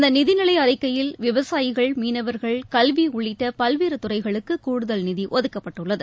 இந்த நிதிநிலை அறிக்கையில் விவசாயிகள் மீனவர்கள் கல்வி உள்ளிட்ட பல்வேறு துறைகளுக்கு கூடுதல் நிதி ஒதுக்கப்பட்டுள்ளது